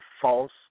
false